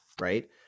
right